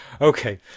Okay